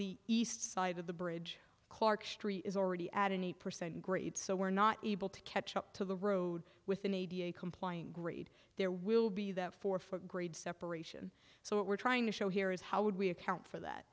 the east side of the bridge clark street is already at an eight percent grade so we're not able to catch up to the road within a compliant grade there will be that four foot grade separation so what we're trying to show here is how would we account for that